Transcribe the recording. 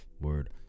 Word